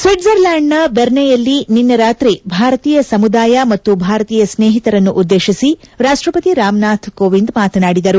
ಸ್ತಿಥರ್ಲ್ನಾಂಡ್ನ ಬೆರ್ನೆಯಲ್ಲಿ ನಿನ್ನೆ ರಾತ್ರಿ ಭಾರತೀಯ ಸಮುದಾಯ ಮತ್ತು ಭಾರತೀಯ ಸ್ನೇಹಿತರನ್ನು ಉದ್ದೇಶಿಸಿ ರಾಷ್ಟಪತಿ ರಾಮ್ನಾಥ್ ಕೋಎಂದ್ ಮಾತನಾಡಿದರು